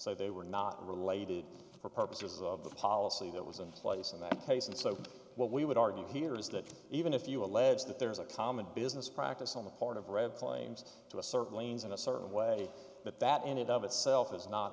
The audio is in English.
so they were not related for purposes of the policy that was in place in that case and so what we would argue here is that even if you allege that there is a common business practice on the part of red claims to a certain lanes in a certain way but that ended of itself is not